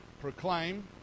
proclaim